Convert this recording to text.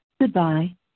Goodbye